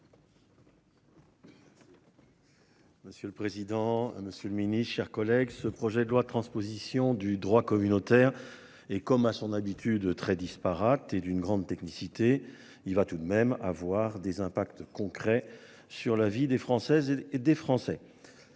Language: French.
Monsieur le président, Monsieur le Ministre, chers collègues. Ce projet de loi de transposition du droit communautaire et, comme à son habitude très disparates et d'une grande technicité. Il va tout de même avoir des impacts concrets sur la vie des Françaises et des Français.